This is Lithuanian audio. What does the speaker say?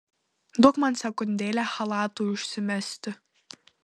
duok man sekundėlę chalatui užsimesti